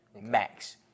max